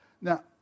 Now